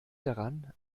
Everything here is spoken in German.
daran